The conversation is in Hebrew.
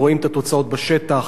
רואים את התוצאות בשטח